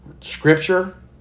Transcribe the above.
Scripture